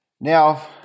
now